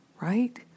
right